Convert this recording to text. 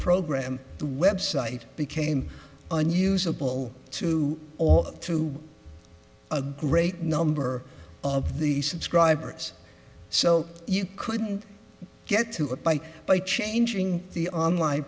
program the website became unusable to all through a great number of the subscribers so you couldn't get to it by by changing the onli